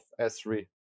S3